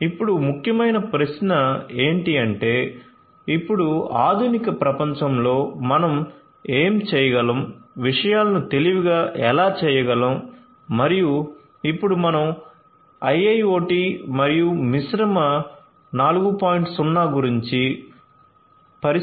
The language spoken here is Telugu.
ఇప్పుడుముఖ్యమైన ప్రశ్న ఏంటి అంటే ఇప్పుడు ఆధునిక ప్రపంచంలో మనం ఎం చేయగలం విషయాలను తెలివిగా ఎలా చేయగలం మరియు ఇప్పుడు మనం IIoT మరియు పరిశ్రమ 4